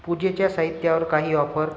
पुजेच्या साहित्यावर काही ऑफर